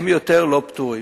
הם לא פטורים.